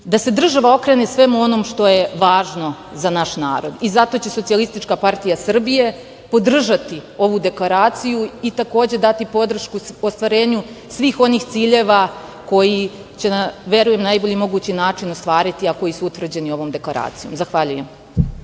da se država okrene svemu onome što je važno za naš narod. Zato će SPS podržati ovu deklaraciju i takođe dati podršku ostvarenju svih ovih ciljeva koji će verujem na najbolji mogući način ostvariti, a koji su utvrđeni ovom deklaracijom. Zahvaljujem.